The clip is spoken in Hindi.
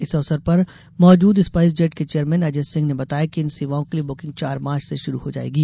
इस अवसर पर मौजूद स्पाइस जेट के चेयरमेन अजय सिंह ने बताया कि इन सेवाओं के लिये बुकिंग चार मार्च से शुरू हो जायेगी